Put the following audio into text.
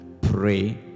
Pray